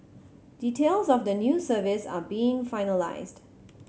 details of the new service are being finalised